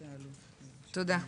תודה.